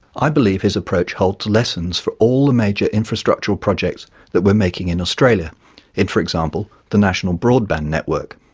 i believe his approach holds lessons for all the major infrastructural projects that we're making in australia in, for example, the national broadband network.